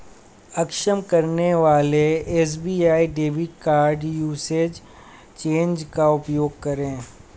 अक्षम करने वाले SBI debit card usage change का उपयोग करें